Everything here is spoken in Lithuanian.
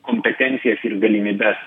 kompetencijas ir galimybes